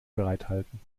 bereithalten